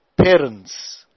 parents